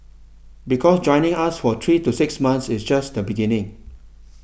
because joining us for three to six months is just the beginning